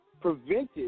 Prevented